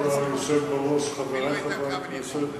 כבוד היושב בראש, חברי חברי הכנסת,